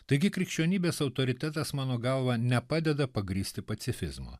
taigi krikščionybės autoritetas mano galva nepadeda pagrįsti pacifizmo